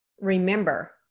remember